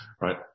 right